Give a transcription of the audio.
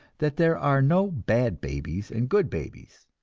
that there are no bad babies and good babies,